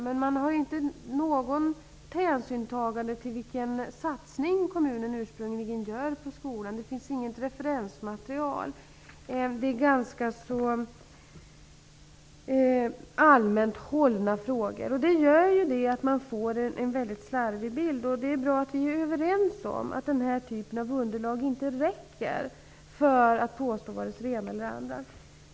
Men man tar inte någon hänsyn till vilken satsning kommunerna ursprungligen gör på skolan. Det finns inget referensmaterial. Frågorna är ganska allmänt hållna. Det gör att man får en väldigt slarvig bild. Det är bra att vi är överens om att den här typen av underlag inte räcker för att påstå vare sig det ena eller det andra.